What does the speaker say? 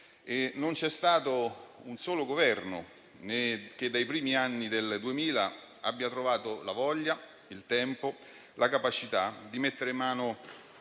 Non c'è stato un solo Governo, dai primi anni duemila, che abbia trovato la voglia, il tempo e la capacità di mettere mano